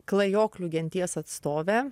klajoklių genties atstovė